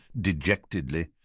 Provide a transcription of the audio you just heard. dejectedly